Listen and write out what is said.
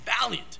valiant